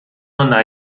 ona